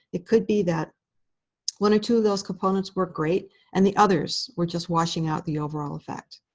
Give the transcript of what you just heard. it could be that one or two of those components were great and the others were just washing out the overall effect.